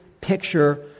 picture